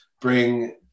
bring